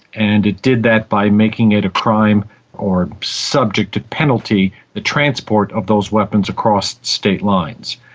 and it did that by making it a crime or subject to penalty the transport of those weapons across state lines.